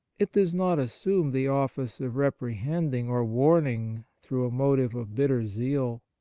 it does not assume the office of reprehending or warning through a motive of bitter zeal.